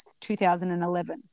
2011